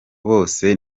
bose